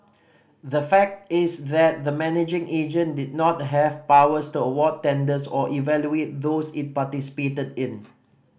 the fact is that the managing agent did not have powers to award tenders or evaluate those it participated in